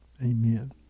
Amen